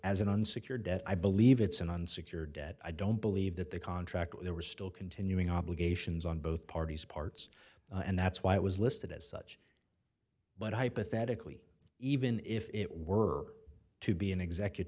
as an unsecured debt i believe it's an unsecured debt i don't believe that the contract there was still continuing obligations on both parties parts and that's why it was listed as such but hypothetically even if it were to be an execut